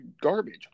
garbage